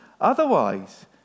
Otherwise